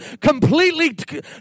completely